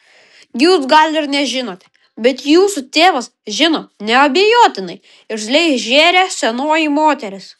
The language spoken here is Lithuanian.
jūs gal ir nežinote bet jūsų tėvas žino neabejotinai irzliai žėrė senoji moteris